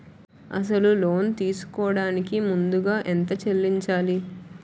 అసలు లోన్ తీసుకోడానికి ముందుగా ఎంత చెల్లించాలి?